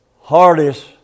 hardest